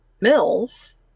mills